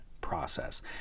process